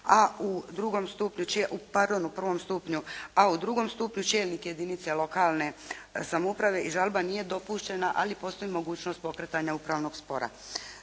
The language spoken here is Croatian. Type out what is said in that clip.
a u drugom stupnju čelnik jedinice lokalne samouprave i žalba nije dopuštena, ali postoji mogućnost pokretanja upravnog spora.